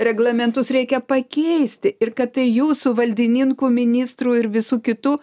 reglamentus reikia pakeisti ir kad tai jūsų valdininkų ministrų ir visų kitų